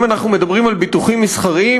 אם אנחנו מדברים על ביטוחים מסחריים,